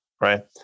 right